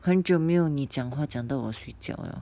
很久没有你讲话讲到我睡觉了